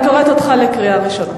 עשיתם על זה דוקטורט,